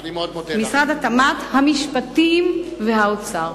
משרד התמ"ת, משרד המשפטים ומשרד האוצר.